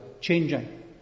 changing